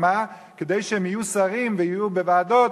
כדי שכאשר הם יהיו שרים ויהיו בוועדות,